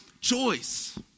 choice